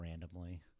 randomly